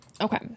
Okay